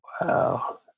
Wow